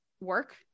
work